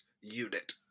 unit